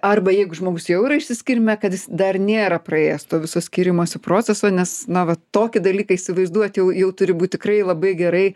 arba jeigu žmogus jau yra išsiskyrime kad jis dar nėra praėjęs to viso skyrimosi proceso nes na va tokį dalyką įsivaizduot jau jau turi būt tikrai labai gerai